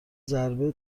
ضربه